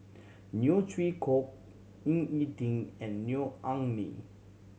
Neo Chwee Kok Ying E Ding and Neo Anngee